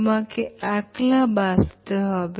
তোমাকে একলা বাঁচতে হবে